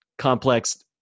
complex